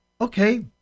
okay